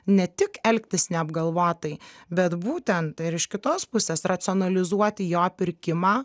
ne tik elgtis neapgalvotai bet būtent ir iš kitos pusės racionalizuoti jo pirkimą